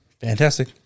fantastic